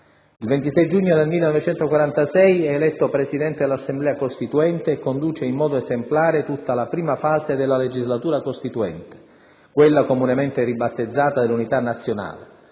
Il 26 giugno del 1946 è eletto Presidente dell'Assemblea costituente e conduce in modo esemplare tutta la prima fase della legislatura costituente, quella comunemente ribattezzata dell'unità nazionale,